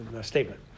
statement